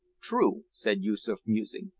true, said yoosoof, musing,